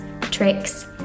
tricks